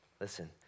listen